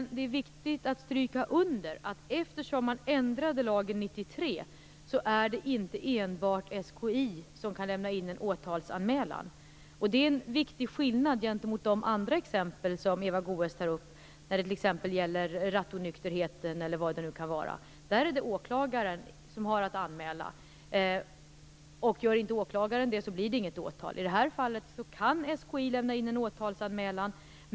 Men det är viktigt att stryka under att lagen ändrades 1993 och att det numera inte enbart är SKI som kan lämna in en åtalsanmälan. Det är en viktig skillnad i förhållande till de andra exempel som Eva Goës tog upp. När det gäller t.ex. rattonykterhet är det åklagaren som har att anmäla. Gör inte åklagaren det blir det inget åtal. I det här fallet kan SKI lämna in en åtalsanmälan.